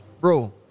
bro